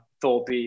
Thorpe